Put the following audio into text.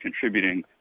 contributing